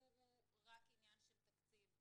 שהסיפור הוא רק עניין של תקציב,